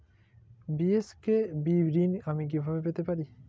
BSKB ঋণ আমি কিভাবে পেতে পারি?